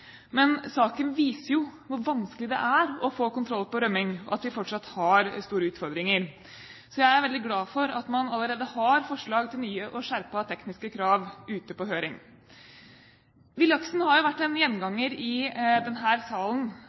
men saken viser jo hvor vanskelig det er å få kontroll på rømming, og at vi fortsatt har store utfordringer. Så jeg er veldig glad for at man allerede har forslag til nye og skjerpede tekniske krav ute på høring. Villaksen har jo vært en gjenganger i denne salen